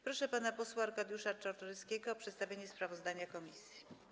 Proszę pana posła Arkadiusza Czartoryskiego o przedstawienie sprawozdania komisji.